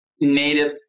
native